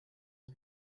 ist